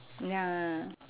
ya